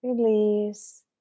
release